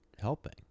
helping